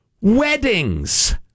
Weddings